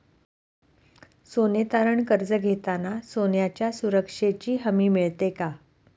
सोने तारण कर्ज घेताना सोन्याच्या सुरक्षेची हमी मिळते का?